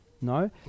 No